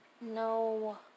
No